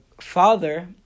father